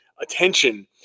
attention